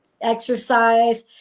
Exercise